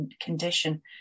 condition